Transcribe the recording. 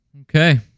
Okay